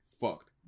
fucked